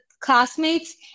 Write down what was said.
classmates